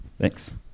Thanks